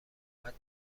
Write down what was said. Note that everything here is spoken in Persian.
اومد